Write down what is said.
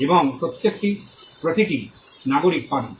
এবং প্রতিটি নাগরিক পাবে